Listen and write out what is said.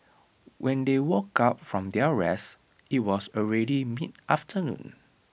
when they woke up from their rest IT was already mid afternoon